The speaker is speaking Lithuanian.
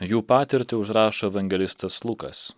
jų patirtį užrašo evangelistas lukas